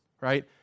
right